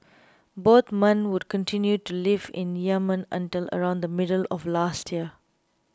both men would continue to live in Yemen until around the middle of last year